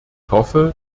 hoffe